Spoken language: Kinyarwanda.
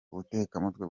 ubutekamutwe